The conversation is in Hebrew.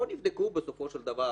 לא נבדקו בסופו של דבר